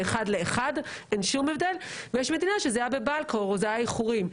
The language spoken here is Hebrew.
לאחד ואין שום הבדל ויש דמינה שזה היה ב-באלק ואלה עוד היו ייחורים.